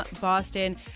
Boston